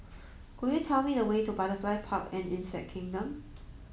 could you tell me the way to Butterfly Park and Insect Kingdom